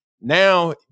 Now